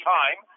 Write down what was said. time